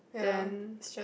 then